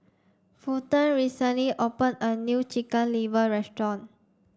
Fulton recently opened a new Chicken Liver restaurant